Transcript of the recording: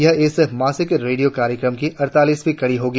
यह इस मासिक रेडियो कार्यक्रम की अड़तालीसवीं कड़ी होगी